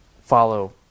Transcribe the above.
follow